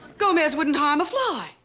gomez wouldn't harm a fly.